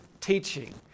teaching